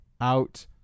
out